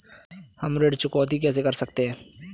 हम ऋण चुकौती कैसे कर सकते हैं?